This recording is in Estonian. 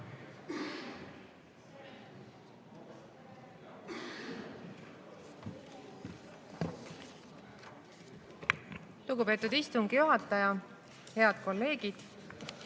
Lugupeetud istungi juhataja! Head kolleegid!